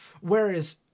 Whereas